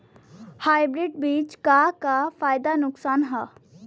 Hybrid बीज क का फायदा नुकसान ह?